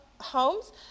homes